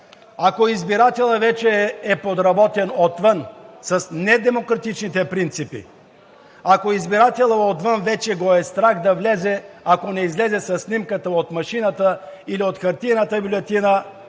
Ако избирателят вече е подработен отвън с недемократичните принципи, ако избирателят отвън вече го е страх да влезе, ако не излезе със снимката от машината или от хартиената бюлетина,